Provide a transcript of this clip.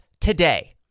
today